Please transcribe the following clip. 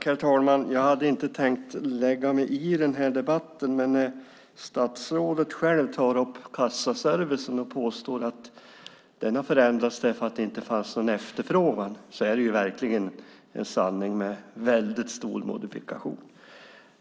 Herr talman! Jag hade inte tänkt lägga mig i den här debatten från början. När statsrådet säger att kassaservicen har förändrats för att det inte fanns någon efterfrågan är det en sanning med stor modifikation.